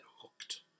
hooked